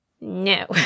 no